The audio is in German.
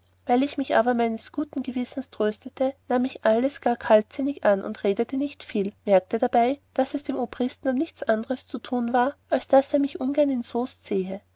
weil ich mich aber meines guten gewissens tröstete nahm ich alles gar kaltsinnig an und redete nicht viel merkte dabei daß es dem obristen um nichts anders zu tun war als daß er mich ungern in soest sahe